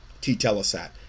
T-Telesat